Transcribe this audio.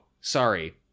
sorry